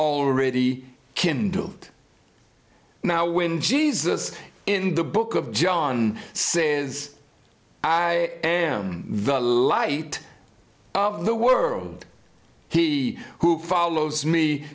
already kindled now when jesus in the book of john says i am the light of the world he who follows me